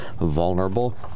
vulnerable